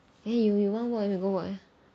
eh if you want work we can go work leh